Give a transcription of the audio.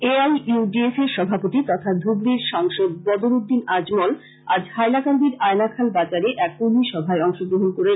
A I U D F এর সভাপতি তথা ধুবরীর সাংসদ বদরুদ্দিন আজমল আজ হাইলাকান্দির আয়নাখাল বাজারে এক কর্মীসভায় অংশগ্রহন করেন